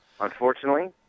Unfortunately